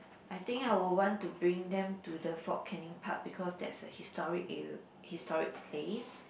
I think I will want to bring them to the Fort-Canning park because that's a historic area historic place